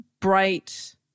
bright